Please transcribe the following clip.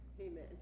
Amen